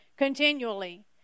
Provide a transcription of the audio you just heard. Continually